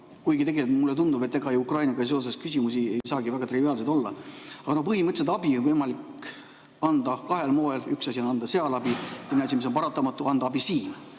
kuigi tegelikult mulle tundub, et ega Ukrainaga seoses küsimused ei saagi väga triviaalsed olla. Aga põhimõtteliselt abi on võimalik anda kahel moel: üks asi on anda seal abi, teine asi, mis on paratamatu, on anda abi siin.